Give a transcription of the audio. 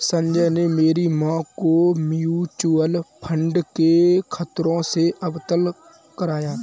संजय ने मेरी मां को म्यूचुअल फंड के खतरों से अवगत कराया